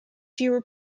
fewer